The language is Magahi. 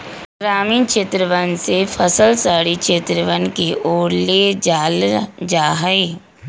ग्रामीण क्षेत्रवन से फसल शहरी क्षेत्रवन के ओर ले जाल जाहई